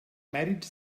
mèrits